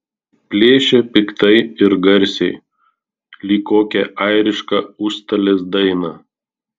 plėšė piktai ir garsiai lyg kokią airišką užstalės dainą